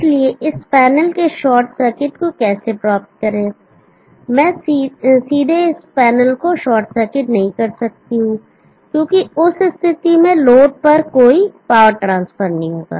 इसलिए इस पैनल के शॉर्ट सर्किट को कैसे प्राप्त करें मैं सीधे इस पैनल को शॉर्ट सर्किट नहीं कर सकता क्योंकि उस स्थिति में लोड पर कोई पावर ट्रांसफर नहीं होगा